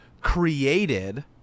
created